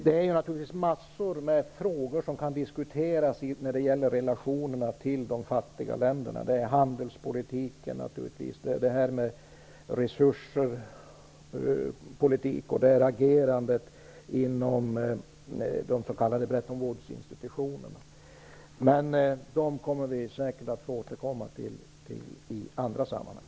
Det är naturligtvis mängder av frågor som kan diskuteras när det gäller relationerna till de fattiga länderna. Det gäller handelspolitiken, resursfrågor, agerandet inom de s.k. Bretton Woods-institutionerna, men det kommer vi säkert att få återkomma till i andra sammanhang.